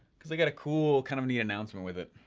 because i got a cool, kind of neat announcement with it.